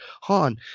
Han